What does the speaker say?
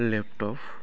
laptop